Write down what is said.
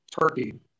turkey